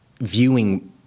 viewing